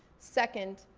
second,